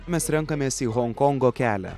mes renkamės į honkongo kelią